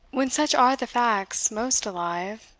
when such are the facts most alive,